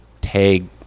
tag